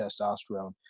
testosterone